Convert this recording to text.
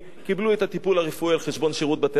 קיבלו את הטיפול הרפואי על חשבון שירות בתי-הסוהר,